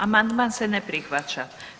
Amandman se ne prihvaća.